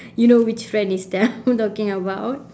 you know which friend is that I'm talking about